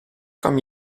comme